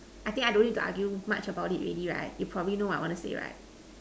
I think I don't need to argue much about it already right you probably know what I want to say right